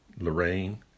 Lorraine